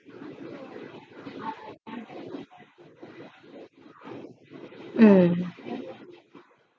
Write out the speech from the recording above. mm